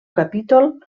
capítol